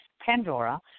Pandora